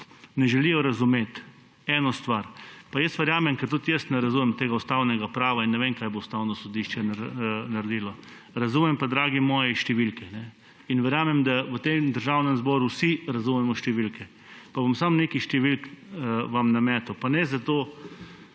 ne želijo razumeti eno stvar. Pa jaz verjamem, ker tudi jaz ne razumem tega ustavnega prava in ne vem, kaj bo Ustavno sodišče naredilo. Razumem pa, dragi moji, številke. In verjamem, da v tem Državnem zboru vsi razumemo številke. Pa bom samo nekaj številk vam nametal, pa ne za